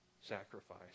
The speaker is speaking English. sacrifice